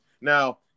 Now